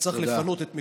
שצריך לפנות את מקומו.